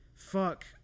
Fuck